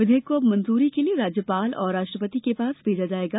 विधेयक को अब मंजूरी के लिए राज्यपाल और राष्ट्रपति के पास भेजा जायेगा